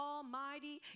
Almighty